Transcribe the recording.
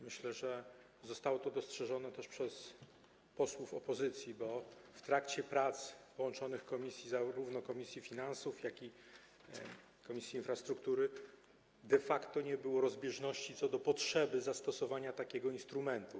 Myślę, że zostało to dostrzeżone też przez posłów opozycji, bo w trakcie prac połączonych komisji: Komisji Finansów Publicznych i Komisji Infrastruktury de facto nie było rozbieżności co do potrzeby zastosowania takiego instrumentu.